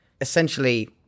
essentially